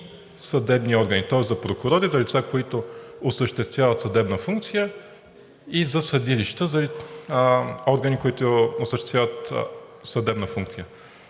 съдебни органи. Тоест за прокурори и за лица, които осъществяват съдебна функция, и за съдилища – за органи, които осъществяват съдебна функция.